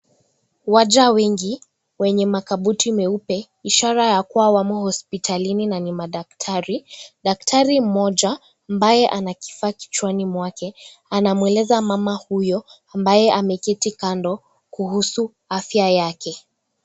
Waja wengi wenye makabuti meupe ishara ya kuwa wamo hospitalini na ni madaktari, daktari mmoja ambaye ana kifaa kichwani mwake, anamweleza mama huyo ambaye ameketi kando kuhusu afya yake.